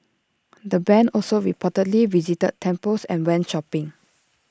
the Band also reportedly visited temples and went shopping